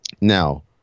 Now